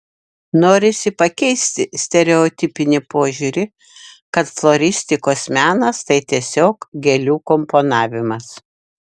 norisi pakeisti stereotipinį požiūrį kad floristikos menas tai tiesiog gėlių komponavimas